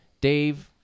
Dave